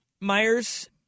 Myers